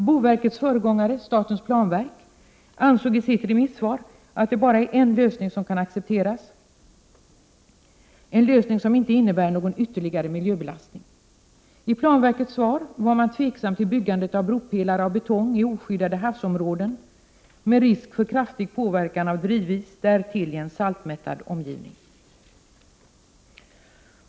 Boverkets föregång are, statens planverk, ansåg i sitt remissvar att det bara är en lösning som kan accepteras, en lösning som inte innebär någon ytterligare miljöbelastning. I planverkets svar var man tveksam till byggande av bropelare av betong i oskyddade havsområden med risk för kraftig påverkan av drivis, därtill i en saltmättad omgivning.